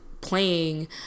playing